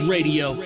Radio